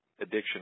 addiction